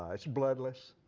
it's bloodless.